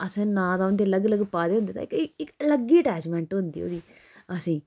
असें नांऽ ते उं'दे अलग अलग पाए दे होंदे ते इक इक अलग ही अटैचमेंट होंदी ओह्दी असेंगी